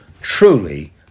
truly